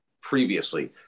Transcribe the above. previously